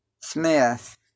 Smith